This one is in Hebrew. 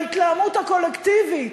בהתלהמות הקולקטיבית,